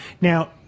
Now